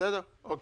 אוקי,